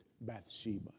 Bathsheba